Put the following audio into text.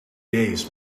days